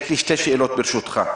יש לי שתי שאלות, ברשותך.